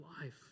life